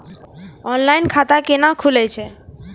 Online खाता केना खुलै छै?